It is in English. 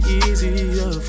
easier